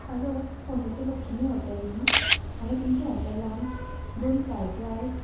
hello फोणेंचें Lakshmi hotel न्ही हांवें तुमच्या हॉटेलान दोन फ्रायड रायस